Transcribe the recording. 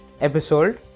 episode